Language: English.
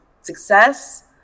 success